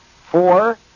four